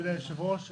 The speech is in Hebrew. אדוני היושב-ראש,